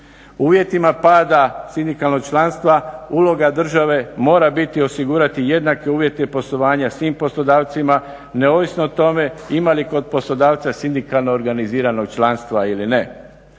Uvjetima pada sindikalnog članstva uloga države mora biti osigurati jednake uvjete poslovanja svim poslodavcima neovisno o tome ima li kod poslodavca sindikalno organiziranog članstva ili ne.